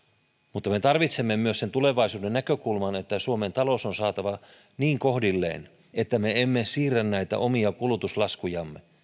mutta me tarvitsemme myös sen tulevaisuuden näkökulman että suomen talous on saatava niin kohdilleen että me emme siirrä näitä omia kulutuslaskujamme